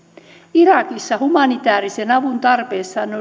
irakissa humanitäärisen avun tarpeessa